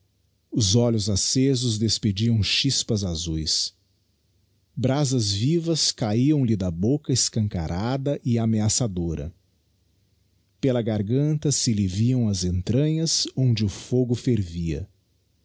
os olhos accesos despediam chispas azues brasas vivas cahiamihe da bocca escancarada e ameaçadora pela garganta se lhe viam as entranhas onde o fogo fervia